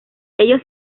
ellos